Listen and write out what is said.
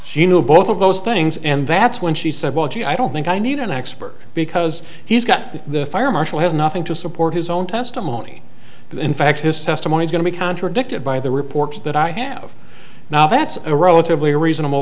you know both of those things and that's when she said well gee i don't think i need an expert because he's got the fire marshal has nothing to support his own testimony and in fact his testimony is going to be contradicted by the reports that i have now that's a row terribly reasonable